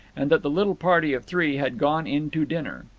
and that the little party of three had gone in to dinner.